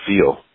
feel